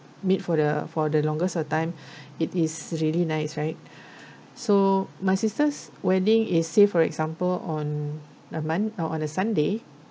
meet for the for the longest of time it is really nice right so my sister's wedding is say for example on a mon~ or on a sunday